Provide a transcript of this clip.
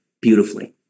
beautifully